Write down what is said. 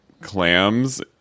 clams